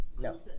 No